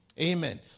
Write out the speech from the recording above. Amen